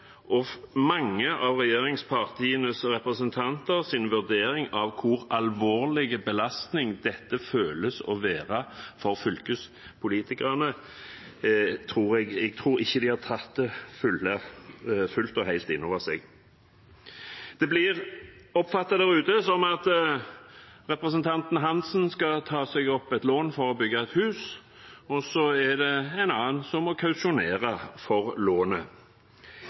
statsråder og mange av regjeringspartienes representanter ikke fullt og helt har tatt inn over seg hvilken alvorlig belastning dette føles å være for fylkespolitikerne. Det blir oppfattet der ute som om representanten Hansen skal ta opp et lån for å bygge hus, og så er det en annen som må kausjonere for lånet.